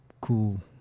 cool